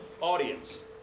audience